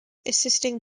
assisting